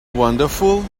wonderful